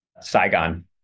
Saigon